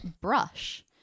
brush